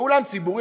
באולם ציבורי,